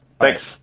Thanks